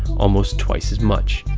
almost twice as much.